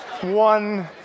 one